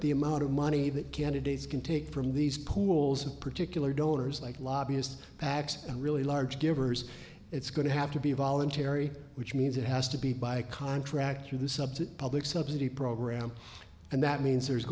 the amount of money that candidates can take from these pools of particular donors like lobbyist pacs and really large givers it's going to have to be voluntary which means it has to be by a contract through the subsidy public subsidy program and that means there's